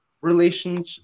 relationship